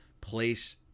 place